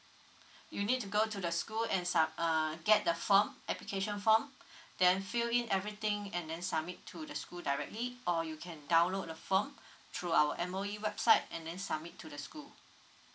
you need to go to the school and some err get the form application form then fill in everything and then submit to the school directly or you can download the form through our M_O_E website and then submit to the school